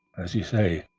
as you say,